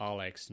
Alex